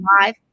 live